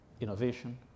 innovation